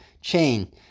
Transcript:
chain